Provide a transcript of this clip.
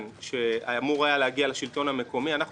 שאמור היה להגיע לשלטון המקומי אנחנו